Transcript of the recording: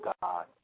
God